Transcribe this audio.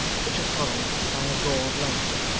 which was followed by a roar of laughter.